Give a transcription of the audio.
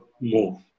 move